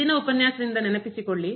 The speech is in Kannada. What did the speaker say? ಹಿಂದಿನ ಉಪನ್ಯಾಸದಿಂದ ನೆನಪಿಸಿಕೊಳ್ಳಿ